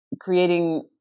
creating